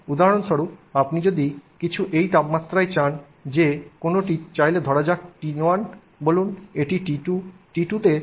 সুতরাং উদাহরণস্বরূপ আপনি যদি কিছু এই তাপমাত্রায় চান যে কোনওটি চাইলে ধরা যাক T1 বলুন এটি T2